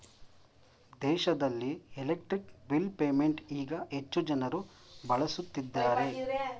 ದೇಶದಲ್ಲಿ electric bill payment ಈಗ ಹೆಚ್ಚು ಜನರು ಬಳಸುತ್ತಿದ್ದಾರೆ